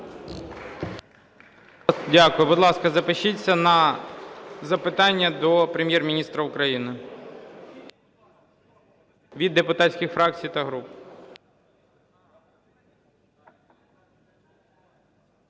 Дякую. Будь ласка, запишіться на запитання до Прем?єр-міністра України від депутатських фракцій та груп.